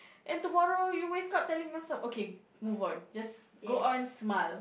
and tomorrow you wake up telling yourself okay move on just go on smile